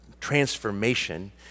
transformation